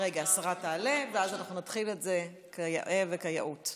השרה תעלה ואז אנחנו נתחיל את זה כיאה וכיאות.